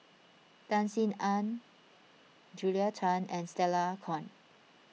Tan Sin Aun Julia Tan and Stella Kon